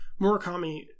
murakami